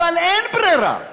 אבל אין ברירה,